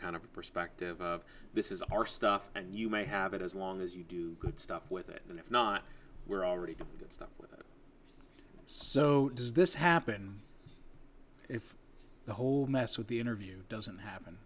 kind of a perspective this is our stuff and you may have it as long as you do good stuff with it and if not we're already stuck so does this happen if the whole mess with the interview doesn't happen